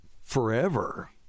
forever